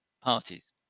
parties